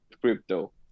crypto